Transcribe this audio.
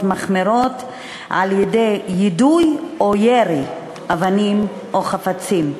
מחמירות על יידוי או ירי אבנים או חפצים.